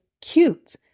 cute